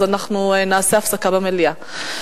אז אנחנו נעשה הפסקה במליאה.